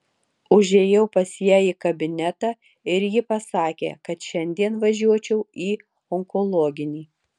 užėjau pas ją į kabinetą ir ji pasakė kad šiandien važiuočiau į onkologinį